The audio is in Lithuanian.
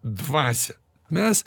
dvasią mes